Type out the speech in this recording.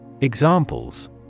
Examples